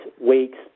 weeks